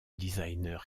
designer